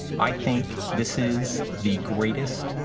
i think this is the greatest,